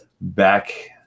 back